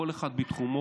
כל אחד בתחומו,